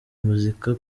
muzika